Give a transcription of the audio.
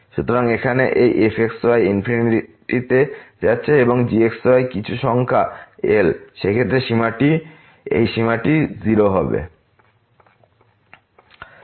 সুতরাং এখানে এই f x y ইনফিনিটেতে যাচ্ছে এবং g x y কিছু সংখ্যা L সেই ক্ষেত্রে এই সীমাটি হবে 0